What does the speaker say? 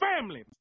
family